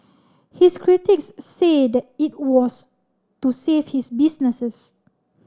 his critics say that it was to save his businesses